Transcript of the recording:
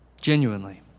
Genuinely